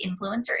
Influencer